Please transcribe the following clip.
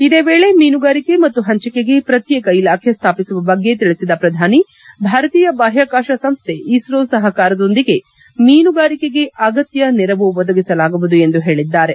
ಇದೇ ವೇಳೆ ಮೀನುಗಾರಿಕೆ ಮತ್ತು ಪಂಚಿಕೆಗೆ ಪ್ರತ್ಯೇಕ ಇಲಾಖೆ ಸ್ವಾಪಿಸುವ ಬಗ್ಗೆ ತಿಳಿಸಿದ ಪ್ರಧಾನಿ ಭಾರತೀಯ ಬಾಹ್ವಾಕಾಶ ಸಂಸ್ಟ ಇಸ್ರೋ ಸಹಕಾರದೊಂದಿಗೆ ಮೀನುಗಾರಿಕೆಗೆ ಅಗತ್ಯ ನೆರವು ಒದಗಿಸಲಾಗುವುದು ಎಂದು ಹೇಳಿದ್ದಾರೆ